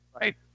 Right